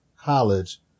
college